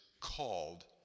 called